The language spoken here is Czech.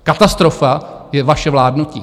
Katastrofa je vaše vládnutí.